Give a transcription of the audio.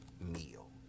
meal